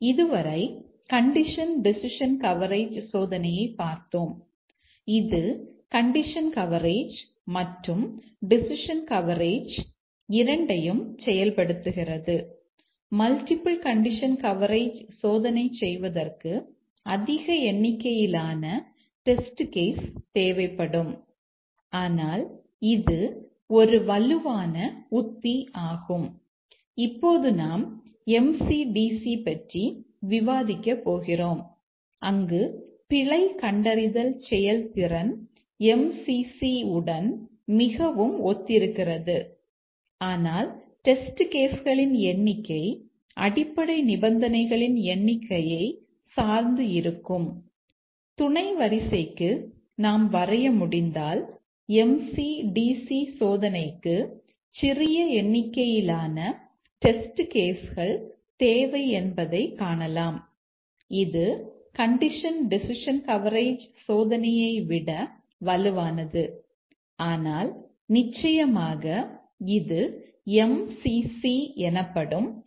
இதுவரை condition decision coverage சோதனையைப் பார்த்தோம் இது கண்டிஷன் கவரேஜ் மற்றும் டெசிஷன் கண்டிஷன் கவரேஜ் இரண்டையும் செயல்படுத்துகிறது